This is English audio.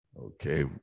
Okay